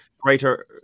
greater